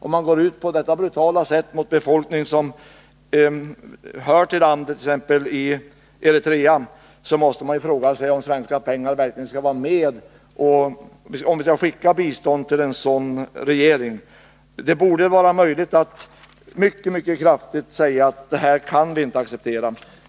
Om man går ut på detta brutala sätt mot folk som egentligen hör till landet, t.ex. i Eritrea, måste vi ställa frågan om vi verkligen skall skicka bistånd till en sådan regering. Det borde vara möjligt att mycket kraftigt säga ifrån att vi inte kan acceptera detta.